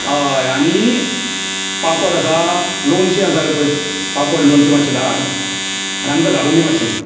हय आनी पापड आसा लोणचे आसा जाल्यार पळय पापड लोणचे मात्शे धाड आनी आमकां धाडून दी मात्शे